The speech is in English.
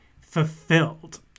fulfilled